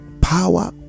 power